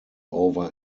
over